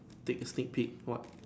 take sneak peak what